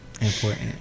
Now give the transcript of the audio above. Important